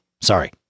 sorry